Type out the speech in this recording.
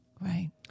Right